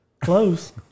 Close